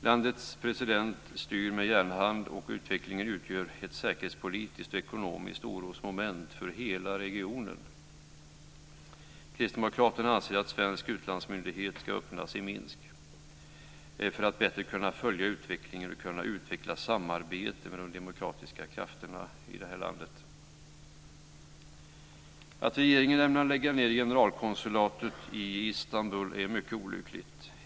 Landets president styr med järnhand, och utvecklingen utgör ett säkerhetspolitiskt och ekonomiskt orosmoment för hela regionen. Kristdemokraterna anser att en svensk utlandsmyndighet ska öppnas i Minsk för att vi bättre ska kunna följa utvecklingen och kunna utveckla samarbete med de demokratiska krafterna i detta land. Att regeringen ämnar lägga ned generalkonsulatet i Istanbul är mycket olyckligt.